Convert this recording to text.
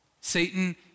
Satan